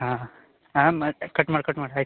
ಹಾಂ ಮತ್ತು ಕಟ್ ಮಾಡು ಕಟ್ ಮಾಡು ಆಯ್ತು